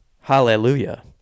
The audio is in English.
hallelujah